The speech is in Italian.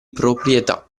proprietà